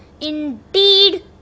indeed